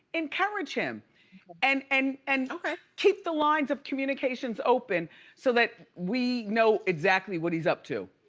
encourage him and and and keep the lines of communications open so that we know exactly what he's up to.